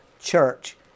church